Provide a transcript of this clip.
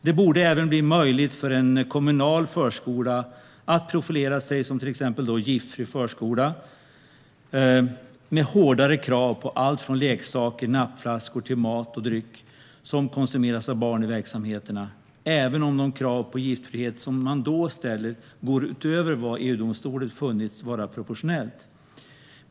Det borde bli möjligt även för en kommunal förskola att profilera sig som till exempel "giftfri förskola" med hårdare krav på allt från leksaker och nappflaskor till mat och dryck som konsumeras av barn i verksamheterna, även om de krav på giftfrihet som man då ställer går utöver vad EU-domstolen har funnit vara proportionellt.